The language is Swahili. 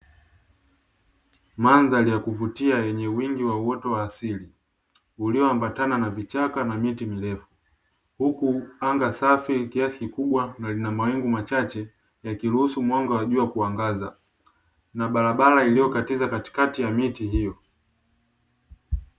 Mandhari ya kuvutia yenye wingi wa uoto wa asili, ulioambatana na vichaka na miti mirefu. Huku anga safi kiasi kikubwa na linamawingu machache ya kiruhusu mwanga wa jua kuangaza, na barabara iliyokatiza katikati ya miti hiyo.